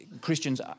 Christians